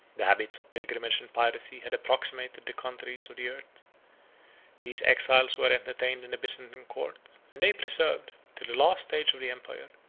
the habits of pilgrimage and piracy had approximated the countries of the earth these exiles were entertained in the byzantine court and they preserved, till the last age of the empire,